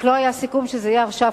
רק לא היה סיכום שזה יהיה עכשיו,